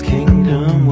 Kingdom